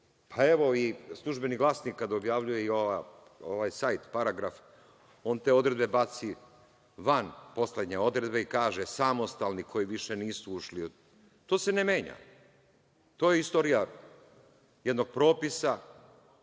pa evo i „Službeni glasnik“ kad objavljuje i ovaj sajt Paragraf, on te odredbe baci van poslednje odredbe i kaže – samostalni koji više nisu ušli. To se ne menja, to je istorija jednog propisa.